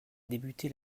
débuté